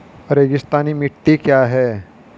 रेगिस्तानी मिट्टी क्या है?